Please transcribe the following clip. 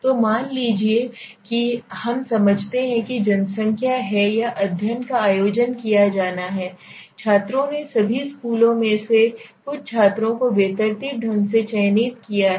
तो मान लीजिए कि हम समझते हैं कि जनसंख्या है या अध्ययन का आयोजन किया जाना है छात्रों ने सभी स्कूलों में से कुछ छात्रों को बेतरतीब ढंग से चयनित किया है